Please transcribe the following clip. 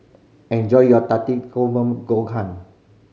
enjoy your Takikomi gohan